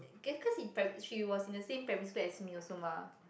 cause in prim~ she was in the same primary school as me also mah